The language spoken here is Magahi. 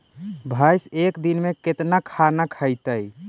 भैंस एक दिन में केतना खाना खैतई?